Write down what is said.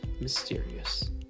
mysterious